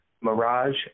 Mirage